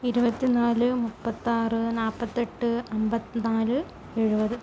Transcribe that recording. ഇരുപത്തി നാല് മുപ്പത്താറ് നാൽപ്പത്തെട്ട് അമ്പത്തി നാല് എഴുപത്